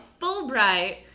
Fulbright